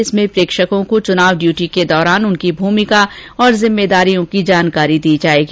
इसमें प्रेक्षकों को चुनाव ड्यूटी के दौरान उनकी भूमिका और जिम्मेदारियों की जानकारी दी जाएगी